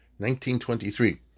1923